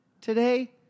today